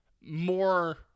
more